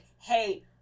hey